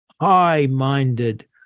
high-minded